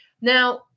Now